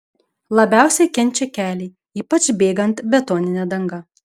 labiausiai kenčia keliai ypač bėgant betonine danga